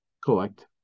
collect